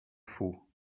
faux